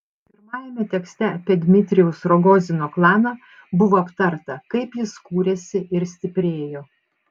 pirmajame tekste apie dmitrijaus rogozino klaną buvo aptarta kaip jis kūrėsi ir stiprėjo